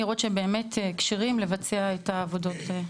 על מנת לראות שהם באמת כשירים לבצע את העבודות האלה.